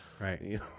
Right